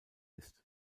ist